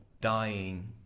dying